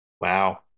Wow